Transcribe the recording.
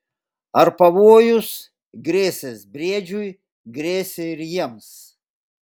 ar pavojus grėsęs briedžiui grėsė ir jiems